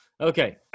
Okay